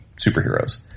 superheroes